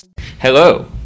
hello